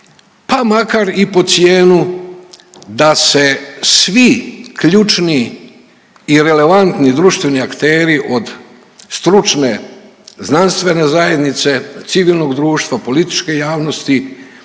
pa makar i po cijenu da se svi ključni i relevantni društveni akteri od stručne znanstvene zajednice, civilnog društva, političke javnosti